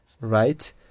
Right